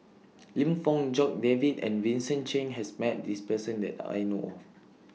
Lim Fong Jock David and Vincent Cheng has Met This Person that I know of